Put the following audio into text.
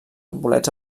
bolets